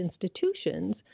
institutions